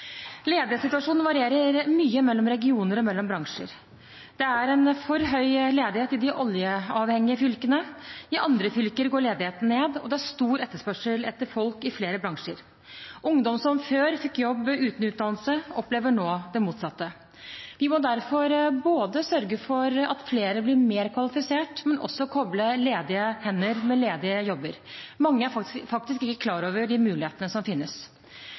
Ledighetssituasjonen varierer mye mellom regioner og mellom bransjer. Det er en for høy ledighet i de oljeavhengige fylkene. I andre fylker går ledigheten ned, og det er stor etterspørsel etter folk i flere bransjer. Ungdom som før fikk jobb uten utdannelse, opplever nå det motsatte. Vi må derfor sørge for at flere blir mer kvalifisert, men også koble ledige hender med ledige jobber. Mange er faktisk ikke klar over de mulighetene som